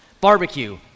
barbecue